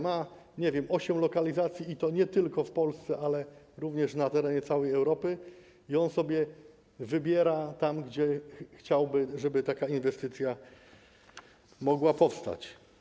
Ma, nie wiem, osiem lokalizacji, i to nie tylko w Polsce, ale również na terenie całej Europy, i on sobie wybiera, gdzie chciałby, żeby taka inwestycja mogła powstać.